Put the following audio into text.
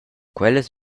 quellas